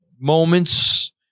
moments